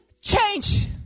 change